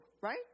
right